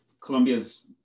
Colombia's